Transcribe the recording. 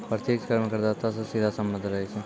प्रत्यक्ष कर मे करदाता सं सीधा सम्बन्ध रहै छै